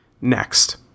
Next